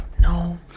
No